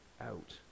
out